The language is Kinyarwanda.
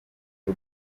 y’u